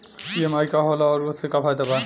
EMI का होला और ओसे का फायदा बा?